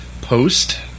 post